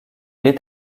est